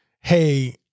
hey